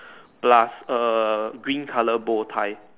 plus a green colour bold tie